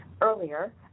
earlier